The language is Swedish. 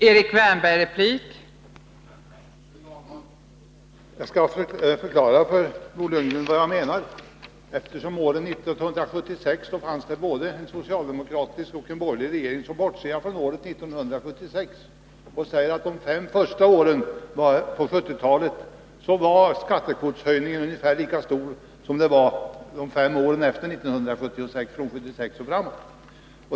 Fru talman! Jag skall förklara för Bo Lundgren vad jag menar. Eftersom det år 1976 fanns både en socialdemokratisk och en borgerlig regering, bortser jag från detta år. Men under de fem första åren på 1970-talet var skattekvotshöjningen ungefär lika stor som den var under de fem sista åren på 1970-talet.